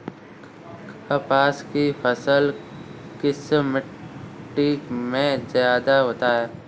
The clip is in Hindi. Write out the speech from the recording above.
कपास की फसल किस मिट्टी में ज्यादा होता है?